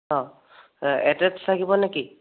অ এটেছড থাকিবনে কি